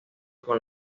con